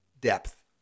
depth